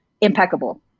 impeccable